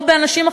או אנשים אחרים,